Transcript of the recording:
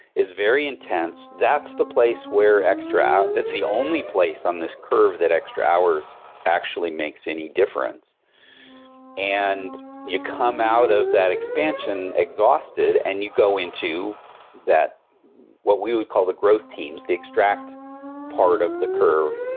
is very intense. that's the place where extra that's the only place on this curve that extra hours actually makes any difference and you come out of that expansion exhausted and you go into what we would call the growth teams, the extract part of the curve,